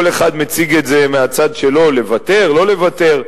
כל אחד מציג את זה מהצד שלו: לוותר או לא לוותר,